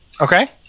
Okay